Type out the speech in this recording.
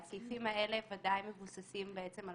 האם העובדה שאתם מקבלים את הכסף כמה שיותר מהר מרגע